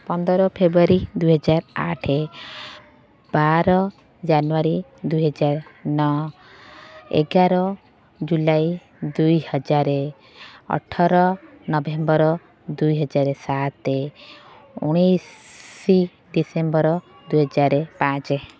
ପନ୍ଦର ଫେବୃୟାରୀ ଦୁଇ ହଜାର ଆଠ ବାର ଜାନୁୟାରୀ ଦୁଇ ହଜାର ନଅ ଏଗାର ଜୁଲାଇ ଦୁଇ ହଜାର ଅଠର ନଭେମ୍ବର ଦୁଇ ହଜାର ସାତ ଉଣାଇଶି ଡିସେମ୍ବର ଦୁଇ ହଜାର ପାଞ୍ଚ